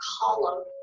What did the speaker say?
column